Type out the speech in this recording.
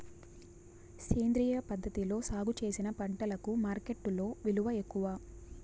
సేంద్రియ పద్ధతిలో సాగు చేసిన పంటలకు మార్కెట్టులో విలువ ఎక్కువ